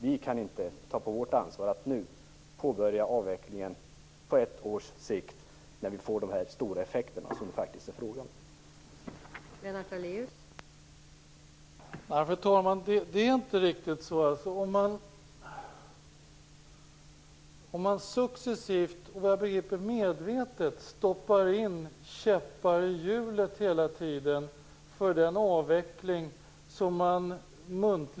Vi kan inte ta på vårt ansvar att nu påbörja en avveckling på ett års sikt, när det leder till de stora effekter som det faktiskt är fråga om.